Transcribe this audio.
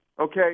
Okay